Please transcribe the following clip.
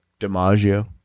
DiMaggio